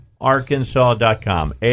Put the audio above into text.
Arkansas.com